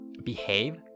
behave